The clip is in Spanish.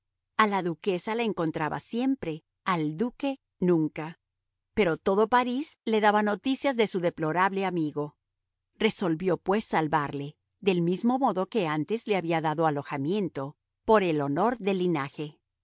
a la duquesa la encontraba siempre al duque nunca pero todo parís le daba noticias de su deplorable amigo resolvió pues salvarle del mismo modo que antes le había dado alojamiento por el honor del linaje